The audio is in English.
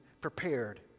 prepared